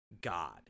God